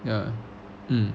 ya mm